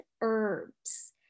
herbs